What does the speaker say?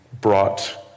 brought